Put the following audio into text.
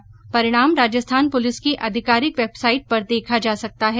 यह परीक्षा परिणाम राजस्थान पुलिस की आधिकारिक वेबसाइट पर देखा जा सकता है